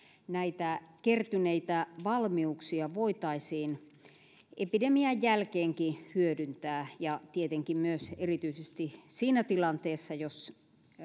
näitä kertyneitä valmiuksia voitaisiin epidemian jälkeenkin hyödyntää ja tietenkin myös erityisesti siinä tilanteessa jos